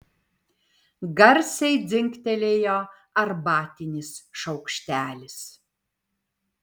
garsiai dzingtelėjo arbatinis šaukštelis